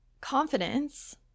Confidence